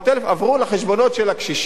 עברו לחשבונות של הקשישים.